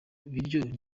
biryo